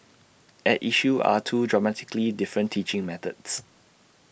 at issue are two dramatically different teaching methods